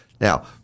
Now